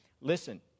Listen